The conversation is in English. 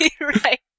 right